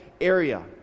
area